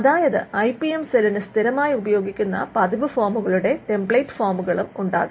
അതായത് I P M സെല്ലിന് സ്ഥിരമായി ഉപയോഗിക്കുന്ന പതിവ് ഫോമുകളുടെ ടെംപ്ലേറ്റ് ഫോമുകളും ഉണ്ടാകാം